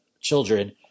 children